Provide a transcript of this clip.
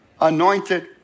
Anointed